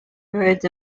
birds